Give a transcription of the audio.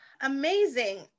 Amazing